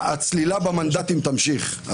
הצלילה במנדטים תמשיך.